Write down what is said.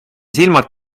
silmad